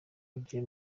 ugiye